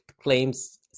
claims